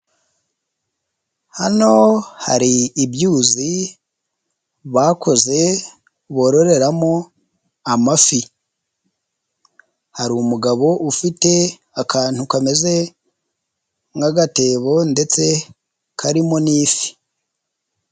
Hano hari ibyuzi bakoze bororeramo amafi, hari umugabo ufite akantu kameze nk'agatebo ndetse karimo n'ifi.